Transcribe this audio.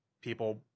people